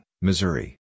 Missouri